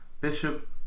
Bishop